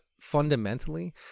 fundamentally